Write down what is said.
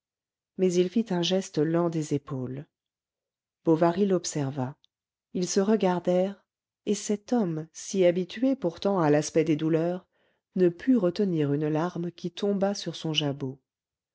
mais il fit un geste lent des épaules bovary l'observa ils se regardèrent et cet homme si habitué pourtant à l'aspect des douleurs ne put retenir une larme qui tomba sur son jabot